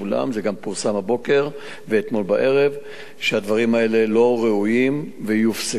זה גם פורסם הבוקר ואתמול בערב שהדברים האלה לא ראויים ויופסקו,